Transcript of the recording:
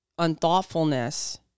unthoughtfulness